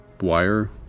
wire